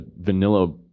vanilla